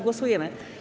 Głosujemy.